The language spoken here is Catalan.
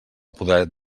poder